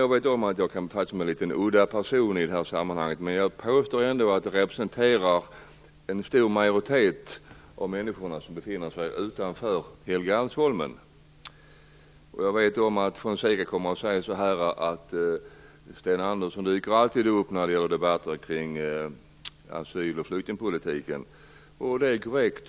Jag vet att jag kan uppfattas som en litet udda person i detta sammanhang, men jag påstår ändå att jag representerar en stor majoritet av de människor som befinner sig utanför Helgeandsholmen. Jag vet att Fonseca kommer att säga att Sten Andersson alltid dyker upp när det blir debatter om asyl och flyktingpolitiken. Det är korrekt.